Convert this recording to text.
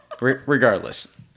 Regardless